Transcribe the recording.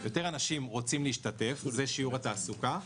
יותר אנשים רוצים להשתתף, זה שיעור התעסוקה.